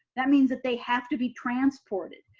that means that they have to be transported